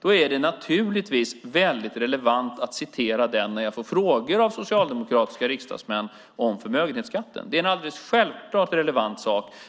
Då är det naturligtvis högst relevant att citera honom när jag får frågor om förmögenhetsskatten av socialdemokratiska riksdagsledamöter. Självklart är det högst relevant